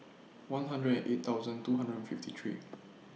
one hundred and eight thousand two hundred and fifty three